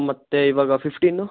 ಮತ್ತೆ ಇವಾಗ ಫಿಫ್ಟಿನು